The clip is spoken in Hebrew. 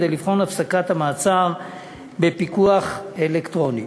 כדי לבחון את הפסקת המעצר בפיקוח אלקטרוני.